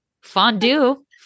Fondue